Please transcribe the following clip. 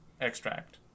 extract